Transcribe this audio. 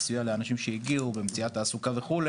מסייע לאנשים שהגיעו במציאת תעסוקה וכו',